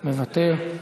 מוותר.